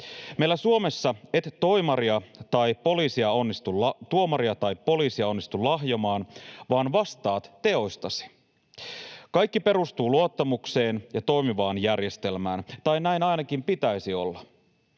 Meillä Suomessa et tuomaria tai poliisia onnistu lahjomaan, vaan vastaat teostasi. Kaikki perustuu luottamukseen ja toimivaan järjestelmään — tai näin ainakin pitäisi olla.